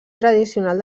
tradicional